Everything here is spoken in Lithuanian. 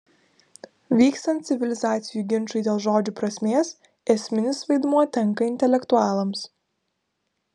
vykstant civilizacijų ginčui dėl žodžių prasmės esminis vaidmuo tenka intelektualams